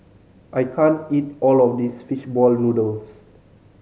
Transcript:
I can't eat all of this fish ball noodles